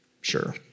Sure